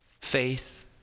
Faith